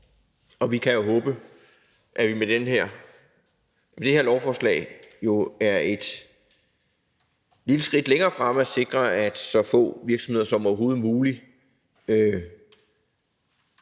om. Vi kan jo håbe, at vi med det her lovforslag er et lille skridt længere fremme og sikrer, at så få virksomheder som overhovedet muligt